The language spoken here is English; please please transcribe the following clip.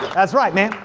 that's right man,